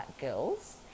girls